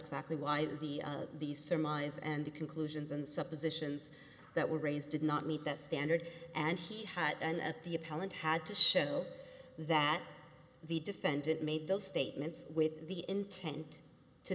exactly why the the surmise and the conclusions and suppositions that were raised did not meet that standard and he had an at the appellant had to show that the defendant made those statements with the intent to